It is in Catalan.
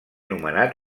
nomenat